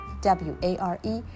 W-A-R-E